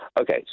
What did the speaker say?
Okay